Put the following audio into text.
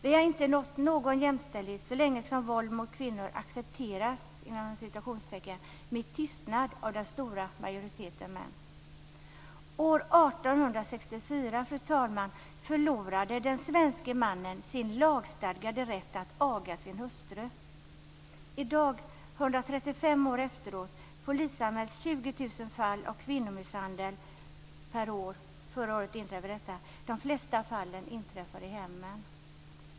Vi har inte nått någon jämställdhet så länge som våld mot kvinnor "accepteras" med tystnad av den stora majoriteten män. år senare, visar det sig att 20 000 fall av kvinnomisshandel polisanmäldes under förra året. De flesta fallen inträffar i hemmen.